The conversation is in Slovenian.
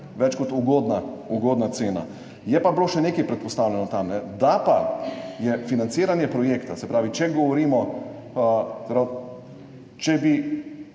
več kot ugodna cena. Je pa bilo še nekaj predpostavljeno tam, financiranje projekta, se pravi, če bi 4 %